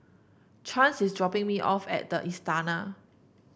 Chance is dropping me off at the Istana